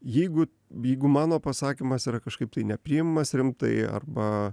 jeigu jeigu mano pasakymas yra kažkaip tai nepriimamas rimtai arba